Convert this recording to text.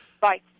Bye